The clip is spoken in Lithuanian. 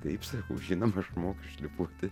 taip sakau žinoma aš moku šlifuoti